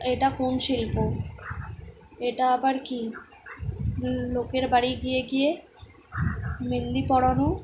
এটা কোন শিল্প এটা আবার কী লোকের বাড়ি গিয়ে গিয়ে মেহেন্দি পরানো